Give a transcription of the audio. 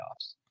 playoffs